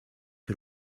her